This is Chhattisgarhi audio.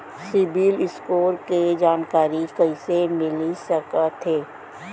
सिबील स्कोर के जानकारी कइसे मिलिस सकथे?